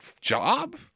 job